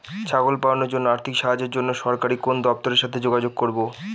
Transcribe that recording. ছাগল পালনের জন্য আর্থিক সাহায্যের জন্য সরকারি কোন দপ্তরের সাথে যোগাযোগ করব?